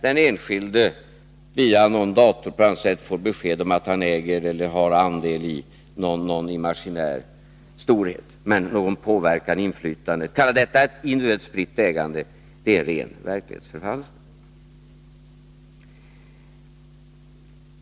De enskilda får via någon dator eller på annat sätt besked om att han äger eller har andel i någon imaginär storhet. Men de har ingen möjlighet till påverkan eller inflytande. Att kalla detta individuellt spritt ägande är ren verklighetsförfalskning.